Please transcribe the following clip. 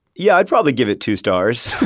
yeah. i'd probably give it two stars.